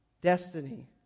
destiny